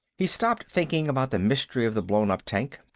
he stopped thinking about the mystery of the blown-up tank,